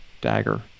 Dagger